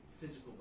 physical